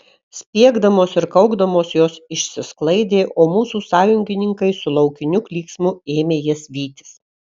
spiegdamos ir kaukdamos jos išsisklaidė o mūsų sąjungininkai su laukiniu klyksmu ėmė jas vytis